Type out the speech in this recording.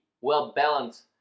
well-balanced